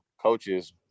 coaches